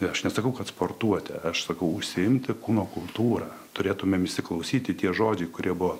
ne aš nesakau kad sportuoti aš sakau užsiimti kūno kultūrą turėtumėm įsiklausyti tie žodžiai kurie buvo